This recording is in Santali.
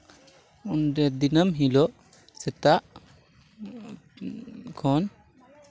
ᱚᱸᱰᱮ ᱫᱤᱱᱟᱹᱢ ᱦᱤᱞᱳᱜ ᱥᱮᱛᱟᱜ ᱠᱷᱚᱱ